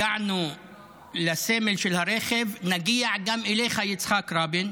הגענו לסמל של הרכב, נגיע גם אליך, יצחק רבין,